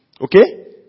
Okay